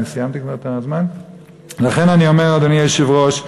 אדוני היושב-ראש,